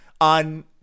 on